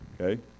Okay